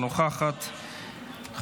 אינה נוכחת,